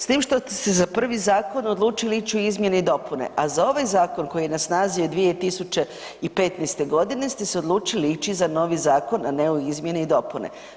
S tim što ste za prvi zakon odlučili ići u izmjene i dopune, a za ovaj zakon koji je na snazi od 2015. godine ste se odlučili ići za novi zakon, a ne u izmjene i dopune.